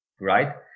right